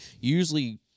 usually